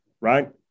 Right